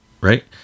right